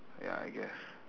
ya I guess